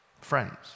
Friends